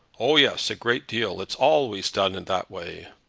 oh, yes a great deal. it's always done in that way.